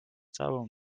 całą